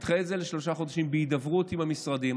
תדחה את זה בשלושה חודשים, בהידברות עם המשרדים.